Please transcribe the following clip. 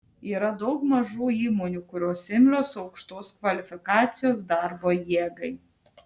yra daug mažų įmonių kurios imlios aukštos kvalifikacijos darbo jėgai